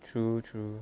true true